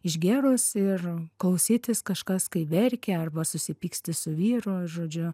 išgėrus ir klausytis kažkas kai verkia arba susipyksti su vyru žodžiu